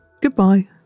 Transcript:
Goodbye